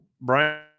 Brian